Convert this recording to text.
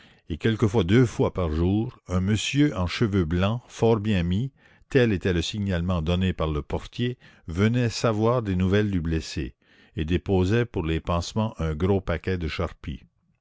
et quelquefois deux fois par jour un monsieur en cheveux blancs fort bien mis tel était le signalement donné par le portier venait savoir des nouvelles du blessé et déposait pour les pansements un gros paquet de charpie